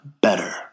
better